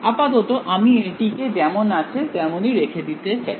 আপাতত আমি এটিকে যেমন আছে তেমনি রেখে দিতে চাই